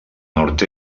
nord